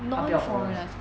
他不要 foreigners